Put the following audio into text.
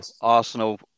Arsenal